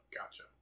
Gotcha